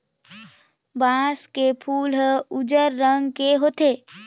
बांस के फूल हर उजर रंग के होथे